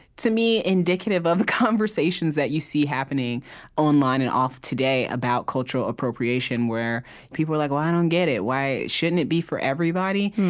to me, indicative of the conversations that you see happening online and off today, about cultural appropriation, where people are like, well, i don't get it. why shouldn't it be for everybody?